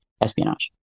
espionage